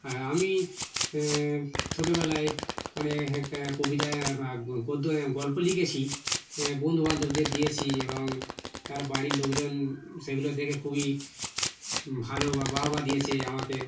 আর আমি ছোটবেলায় মানে হ্যাঁ কবিতা গদ্য গল্প লিখেছি বন্ধুবান্ধবদের দিয়েছি এবং তার বাড়ির লোকজন সেগুলো দেখে খুবই ভালো বা বাহবা দিয়েছে আমাকে